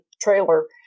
trailer